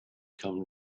come